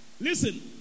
Listen